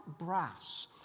brass